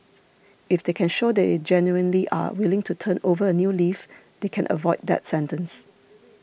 if they can show they genuinely are willing to turn over a new leaf they can avoid that sentence